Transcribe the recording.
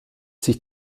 sich